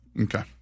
Okay